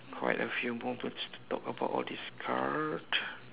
quite a few more to talk about all these card